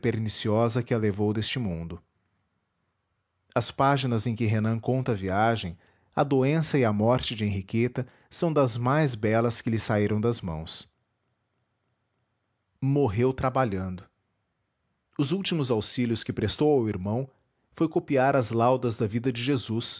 perniciosa que a levou deste mundo as páginas em que renan conta a viagem a doença e a morte de henriqueta são das mais belas que lhe saíram das mãos morreu trabalhando os últimos auxílios que prestou ao irmão foi copiar as laudas da vida de jesus